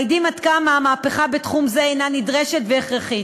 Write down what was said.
מעידים עד כמה מהפכה בתחום זה הנה נדרשת והכרחית,